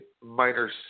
minor